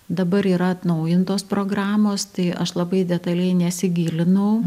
dabar yra atnaujintos programos tai aš labai detaliai nesigilinau